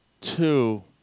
two